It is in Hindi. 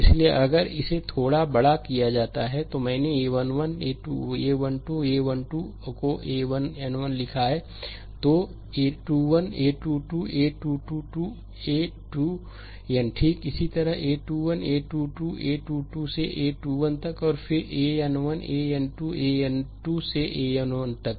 इसलिए अगर इसे थोड़ा बड़ा दिया जाता है तो मैंने a1 1 a1 2 a1 2 को a1n1 लिखा है तो a21 a2 2 a2 2 to a2n ठीक इसी तरह a2 1 a 2 2 a 2 2 से a2n तक और फिर an1 an 2 an2 से ann तक